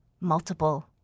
multiple